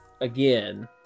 again